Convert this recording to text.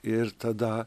ir tada